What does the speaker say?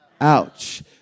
Ouch